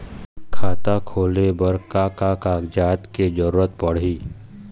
खाता खोले बर का का कागजात के जरूरत पड़ही?